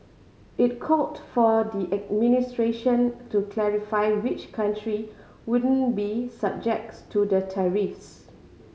it called for the administration to clarify which country won't be subjects to the tariffs